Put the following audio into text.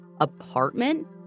apartment